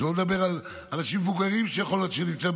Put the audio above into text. שלא לדבר על אנשים מבוגרים שיכול להיות שהם נמצאים